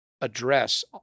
address